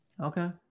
Okay